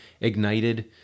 ignited